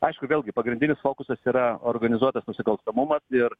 aišku vėlgi pagrindinis fokusas yra organizuotas nusikalstamumas ir